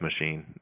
machine